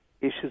issues